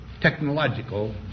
technological